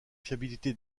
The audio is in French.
fiabilité